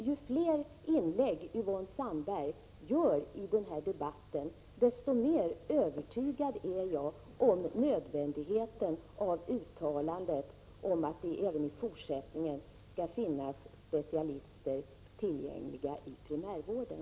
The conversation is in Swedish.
Ju fler inlägg som Yvonne Sandberg-Fries gör i den här debatten, desto mer övertygad blir jag om nödvändigheten av uttalandet om att det även i fortsättningen skall finnas specialister tillgängliga i primärvården.